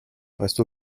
reste